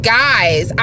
guys